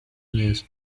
neza